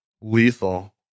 lethal